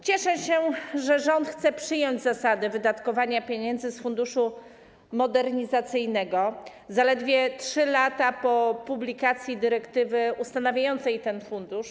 Cieszę się, że rząd chce przyjąć zasadę wydatkowania pieniędzy z Funduszu Modernizacyjnego zaledwie 3 lata po publikacji dyrektywy ustanawiającej ten fundusz.